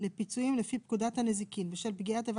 לפיצויים לפי פקודת הנזיקין בשל פגיעת איבה